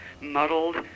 muddled